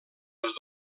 els